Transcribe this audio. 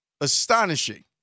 astonishing